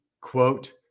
quote